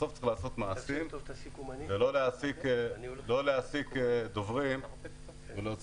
בסוף צריך לעשות מעשים ולא להעסיק דוברים ולהוציא